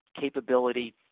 capability